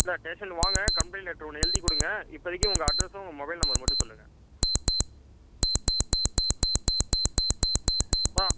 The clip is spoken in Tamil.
இல்லை டேஷன் வாங்க கம்ப்ளைண்ட் லெட்டர் ஒன்று எழுதி கொடுங்க இப்போதைக்கி உங்கள் அட்ரெஸ்சும் உங்கள் மொபைல் நம்பர் மட்டும் சொல்லுங்க ஆ